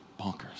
bonkers